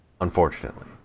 Unfortunately